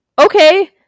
Okay